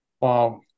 Wow